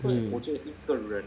mm